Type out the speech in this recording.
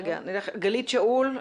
גלית שאול,